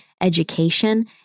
education